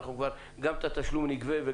ונגבה גם את התשלום.